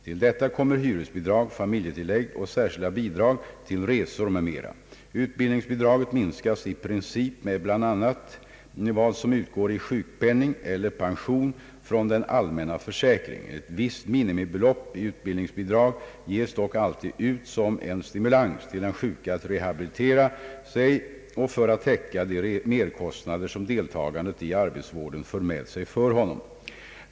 Till detta kommer hyresbidrag, familjetillägg och särskilda bidrag till resor m.m. Utbildningsbidraget minskas i princip med bl.a. vad som utgår i sjukpenning eller pension från den allmänna försäkringen. Ett visst minimibelopp i utbildningsbidrag ges dock alltid ut som en stimulans till den sjuke att rehabilitera sig och för att täcka de merkostnader som deltagandet i arbetsvården för med sig för honom.